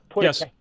Yes